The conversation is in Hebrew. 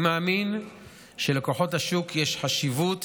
אני מאמין שלכוחות השוק יש חשיבות